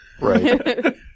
Right